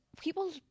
people